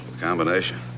combination